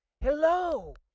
Hello